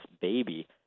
baby